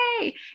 Yay